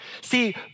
See